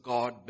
God